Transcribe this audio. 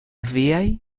viaj